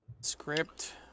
script